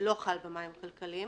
לא חל במים הכלכליים.